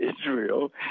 Israel